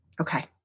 Okay